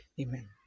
Amen